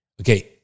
Okay